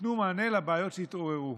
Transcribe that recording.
שייתנו מענה לבעיות שהתעוררו.